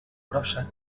brossa